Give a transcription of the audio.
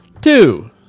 Two